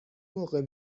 موقع